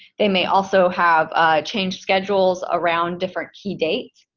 they may also have changed schedules around different key dates.